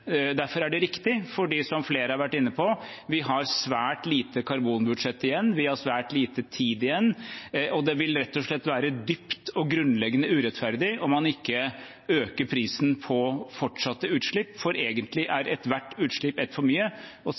Derfor er det riktig, for som flere har vært inne på, har vi svært lite karbonbudsjett igjen. Vi har svært lite tid igjen, og det vil rett og slett være dypt og grunnleggende urettferdig om man ikke øker prisen på fortsatte utslipp, for egentlig er ethvert utslipp et for mye, og